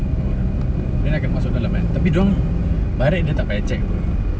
oh ada number dia akan masuk dalam eh tapi dia orang direct dia tak payah check dulu